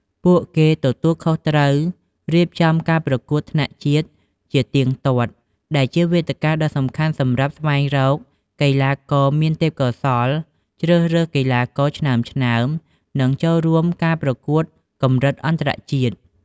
ពួកគេទទួលខុសត្រូវរៀបចំការប្រកួតថ្នាក់ជាតិជាទៀងទាត់ ដែលជាវេទិកាដ៏សំខាន់សម្រាប់ ស្វែងរកកីឡាករមានទេពកោសល្យ ជ្រើសរើសកីឡាករឆ្នើមៗ និងចូលរួមការប្រកួតកម្រិតអន្តរជាតិ។